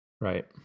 Right